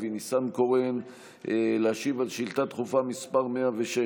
אבי ניסנקורן להשיב על שאילתה דחופה מס' 106,